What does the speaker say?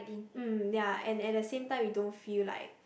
mm ya and at the same time we don't feel like